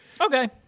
Okay